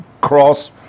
cross